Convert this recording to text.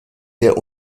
der